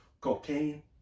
Cocaine